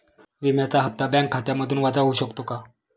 विम्याचा हप्ता बँक खात्यामधून वजा होऊ शकतो का?